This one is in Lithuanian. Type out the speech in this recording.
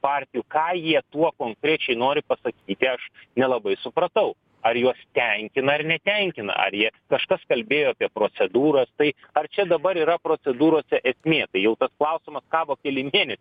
partijų ką jie tuo konkrečiai nori pasakyti aš nelabai supratau ar juos tenkina ar netenkina ar jie kažkas kalbėjo apie procedūras tai ar čia dabar yra procedūrose esmė tai jau tas klausimas kabo keli mėnes